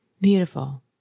Beautiful